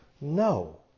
No